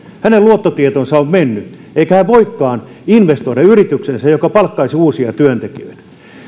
hänen luottotietonsa ovat menneet eikä hän voikaan investoida yritykseensä joka palkkaisi uusia työntekijöitä